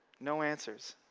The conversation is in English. no answers.